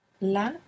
La